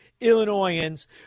Illinoisans